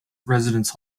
residence